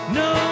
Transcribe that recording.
no